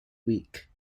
weak